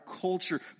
culture